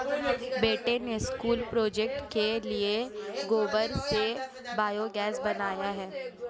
बेटे ने school project के लिए गोबर से बायोगैस बनाया है